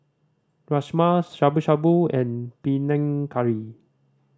Rajma Shabu Shabu and Panang Curry